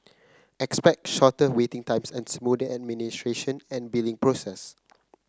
expect shorter waiting times and a smoother administration and billing process